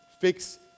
Fix